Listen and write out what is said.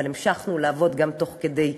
אבל המשכנו לעבוד גם תוך כדי תנועה,